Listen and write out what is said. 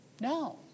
no